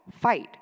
Fight